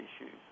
issues